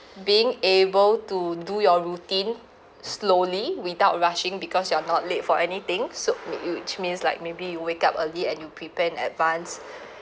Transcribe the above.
being able to do your routine slowly without rushing because you're not late for anything so mean you means like maybe you wake up early and you prepare in advance